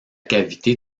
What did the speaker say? cavité